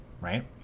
right